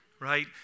right